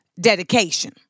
dedication